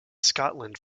scotland